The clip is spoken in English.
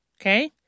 Okay